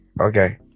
okay